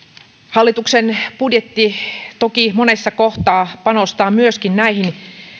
hallituksen budjetti toki monessa kohtaa panostaa myöskin näihin